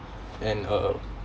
and uh